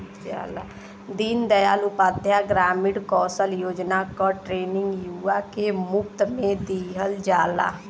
दीन दयाल उपाध्याय ग्रामीण कौशल योजना क ट्रेनिंग युवा के मुफ्त में दिहल जाला